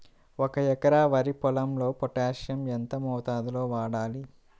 ఒక ఎకరా వరి పొలంలో పోటాషియం ఎంత మోతాదులో వాడాలి?